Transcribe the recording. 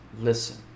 listen